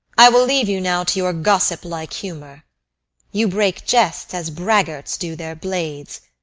i will leave you now to your gossip-like humour you break jests as braggarts do their blades,